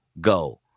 go